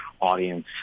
audience